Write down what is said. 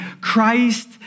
Christ